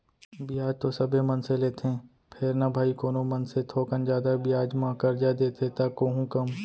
बियाज तो सबे मनसे लेथें फेर न भाई कोनो मनसे थोकन जादा बियाज म करजा देथे त कोहूँ कम